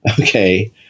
okay